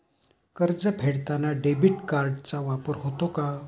कर्ज फेडताना डेबिट कार्डचा वापर होतो का?